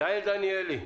יעל דניאלי,